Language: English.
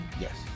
Yes